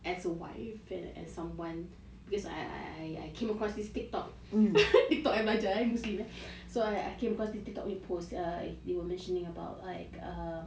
as a wife and and someone because I I came across this Tiktok belajar eh so I came across this Tiktok with post err they were mentioning about like err